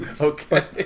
Okay